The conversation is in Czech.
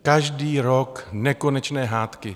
Každý rok nekonečné hádky.